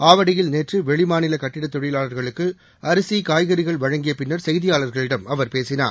ஆவடியில் நேற்று வெளிமாநில கட்டிடத் தொழிலாளா்களுக்கு அரிசி காய்கறிகள் வழங்கிய பின்னர் செய்தியாளர்களிடம் அவர் பேசினார்